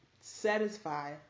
satisfy